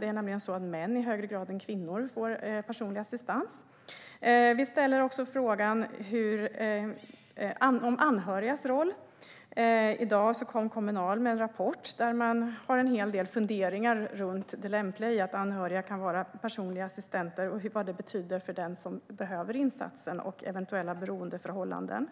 Män får nämligen i högre grad än kvinnor personlig assistans. Vi ställer också frågan om de anhörigas roll. I dag kom Kommunal med en rapport med en hel del funderingar om det lämpliga i att anhöriga kan vara personliga assistenter och vad det betyder för den som behöver insatsen och eventuella beroendeförhållanden.